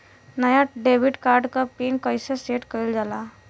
नया debit card क PIN कईसे सेट कईल जाला?